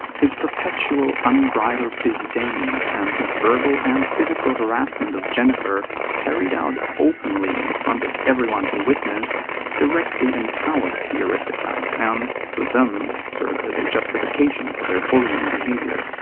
his perpetual unbridled disdain, and his verbal and physical harassment of jennifer carried out openly in front of everyone to witness directly empowers the aristocrats and, to them, serves as a justification for their bullying behavior.